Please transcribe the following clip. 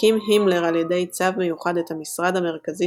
הקים הימלר על ידי צו מיוחד את המשרד המרכזי